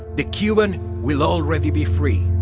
the cuban will already be free.